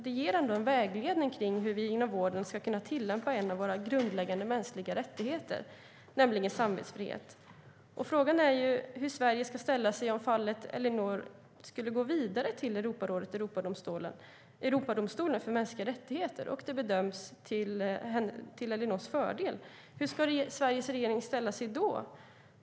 Den ger en vägledning när det gäller hur vi inom vården ska kunna tillämpa en av våra grundläggande mänskliga rättigheter, nämligen samvetsfrihet. Frågan är hur Sverige ska ställa sig om fallet Ellinor skulle gå vidare till Europarådet och Europadomstolen för mänskliga rättigheter och man där dömer till hennes fördel. Hur ska Sveriges regering ställa sig då?